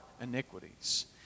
iniquities